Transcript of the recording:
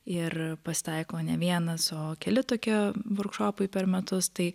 ir pasitaiko ne vienas o keli tokie vorkšopai per metus tai